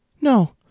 No